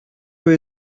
peu